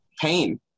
pain